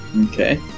Okay